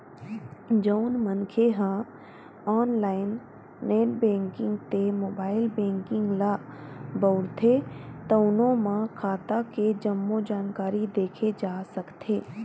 जउन मनखे ह ऑनलाईन नेट बेंकिंग ते मोबाईल बेंकिंग ल बउरथे तउनो म खाता के जम्मो जानकारी देखे जा सकथे